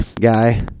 guy